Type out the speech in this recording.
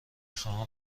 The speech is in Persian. خواهم